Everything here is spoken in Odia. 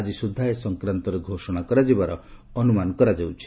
ଆକିସୁଦ୍ଧା ଏ ସଂକ୍ରାନ୍ତରେ ଘୋଷଣା କରାଯିବାର ଅନୁମାନ କରାଯାଉଛି